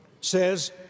says